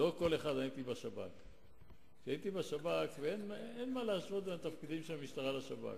הייתי בשב"כ ואין מה להשוות בין התפקידים של המשטרה לשב"כ.